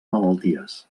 malalties